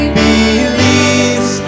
believes